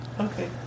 Okay